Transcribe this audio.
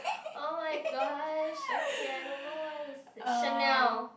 oh-my-gosh okay I don't know what to say Chanel